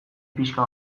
pixka